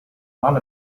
one